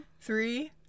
three